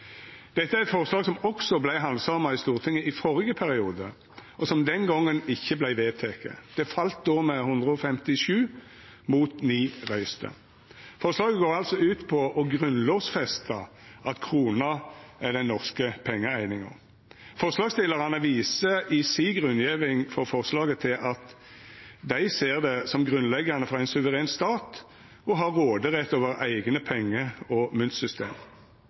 Dette er eit forslag som også vart handsama i Stortinget i førre periode, og som den gongen ikkje vart vedteke. Det fall då med 157 mot 9 røyster. Forslaget går altså ut på å grunnlovfesta at krona er den norske pengeeininga. Forslagsstillarane viser i si grunngjeving for forslaget til at dei ser det som grunnleggjande for ein suveren stat å ha råderett over eigne penge- og myntsystem,